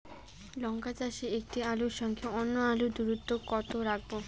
লঙ্কা চাষে একটি আলুর সঙ্গে অন্য আলুর দূরত্ব কত রাখবো?